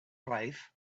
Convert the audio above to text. life